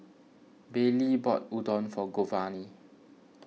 Baylee bought Udon for Giovanni